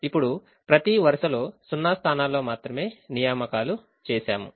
ఇప్పుడు మనము ప్రతి వరుసలో సున్నా స్థానాల్లో మాత్రమే నియామకాలు చేసాము